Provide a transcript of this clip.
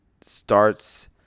starts